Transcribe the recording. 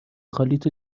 خالیت